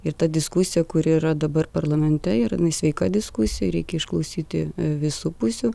ir ta diskusija kuri yra dabar parlamente ir sveika diskusija reikia išklausyti visų pusių